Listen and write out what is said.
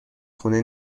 خونه